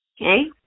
Okay